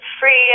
free